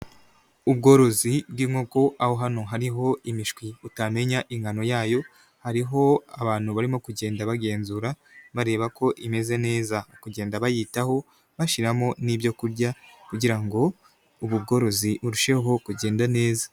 Ubworozi bw'inkoko, aho hano hariho imishwi utamenya ingano yayo, hariho abantu barimo kugenda bagenzura bareba ko imeze neza, barimo kugenda bayitaho bashiramo n'ibyokurya kugira ngo ubugorozi bworozi burusheho kugenda neza.